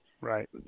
Right